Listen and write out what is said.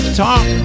top